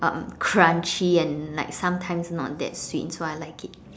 um crunchy and like sometimes not that sweet so I like it